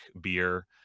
beer